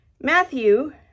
Matthew